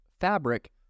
fabric